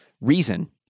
reason